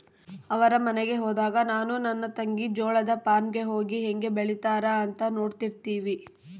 ಅವರ ಮನೆಗೆ ಹೋದಾಗ ನಾನು ನನ್ನ ತಂಗಿ ಜೋಳದ ಫಾರ್ಮ್ ಗೆ ಹೋಗಿ ಹೇಂಗೆ ಬೆಳೆತ್ತಾರ ಅಂತ ನೋಡ್ತಿರ್ತಿವಿ